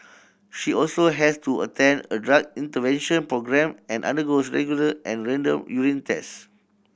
she also has to attend a drug intervention programme and undergo regular and random urine test